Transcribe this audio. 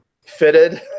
fitted